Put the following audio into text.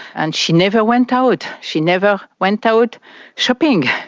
and she never went out, she never went out shopping.